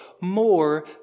more